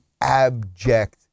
abject